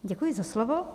Děkuji za slovo.